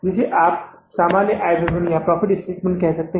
जिसे आप सामान्य आय विवरण या प्रॉफिट स्टेटमेंट कह सकते हैं